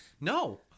no